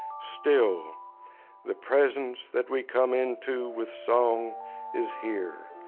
still the presence that we come into with song is here,